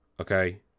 okay